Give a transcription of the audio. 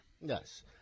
Yes